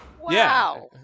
Wow